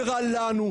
זה רע לנו,